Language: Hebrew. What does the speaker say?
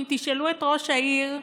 אם תשאלו את ראש העיר,